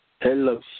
Hello